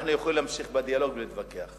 אנחנו יכולים להמשיך בדיאלוג ולהתווכח.